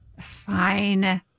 Fine